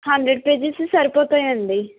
hundred pages సరిపోతాయి అండి